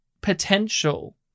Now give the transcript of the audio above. potential